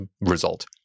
result